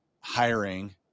hiring